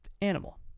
Animal